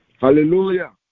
Hallelujah